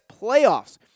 playoffs